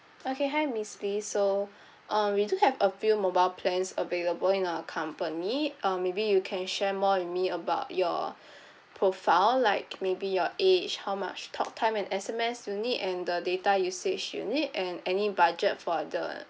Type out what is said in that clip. okay hi miss lee so uh we do have a few mobile plans available in our company um maybe you can share more with me about your profile like maybe your age how much talk time and S_M_S you need and the data usage you need and any budget for the